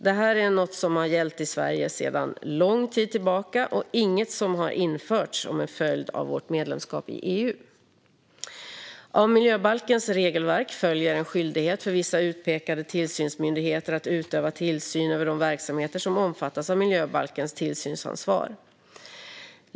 Detta är något som gäller i Sverige sedan lång tid tillbaka och är inget som införts som en följd av vårt medlemskap i EU. Av miljöbalkens regelverk följer en skyldighet för vissa utpekade tillsynsmyndigheter att utöva tillsyn över de verksamheter som omfattas av miljöbalkens tillsynsansvar.